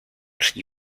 ski